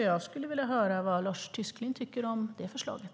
Jag skulle vilja höra vad Lars Tysklind tycker om det förslaget.